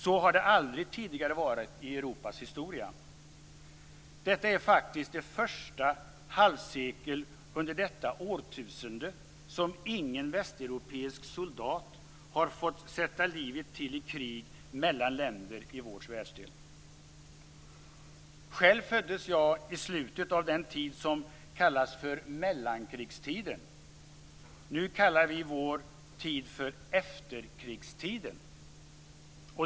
Så har det aldrig tidigare varit i Europas historia! Detta är faktiskt det första halvsekel under detta årtusende som ingen västeuropeisk soldat har fått sätta livet till i krig mellan länder i vår världsdel. Själv föddes jag i slutet av den tid som kallas för mellankrigstiden. Nu kallar vi vår tid för efterkrigstiden.